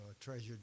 Treasured